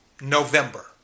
November